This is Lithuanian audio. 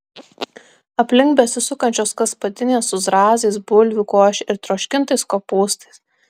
aplink besisukančios gaspadinės su zrazais bulvių koše ir troškintais kopūstais